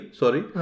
sorry